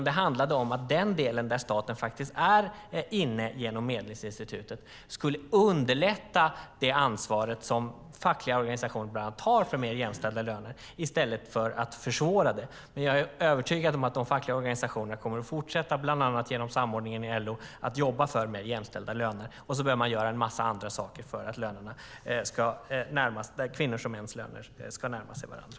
Det handlade om att den del där staten är inne genom Medlingsinstitutet skulle underlätta det ansvar som fackliga organisationer bland annat har för mer jämställda löner, i stället för att försvåra det. Men jag är övertygad om att de fackliga organisationerna kommer att fortsätta, bland annat genom samordningen i LO, att jobba för mer jämställda löner. Och så behöver man göra en massa andra saker för att kvinnors och mäns löner ska närma sig varandra.